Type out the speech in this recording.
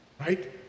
right